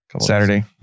Saturday